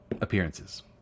appearances